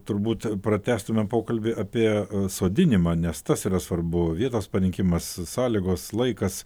turbūt pratęstume pokalbį apie sodinimą nes tas yra svarbu vietos panikimas sąlygos laikas